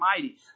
mighty